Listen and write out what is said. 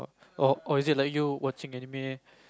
or or is it like you watching anime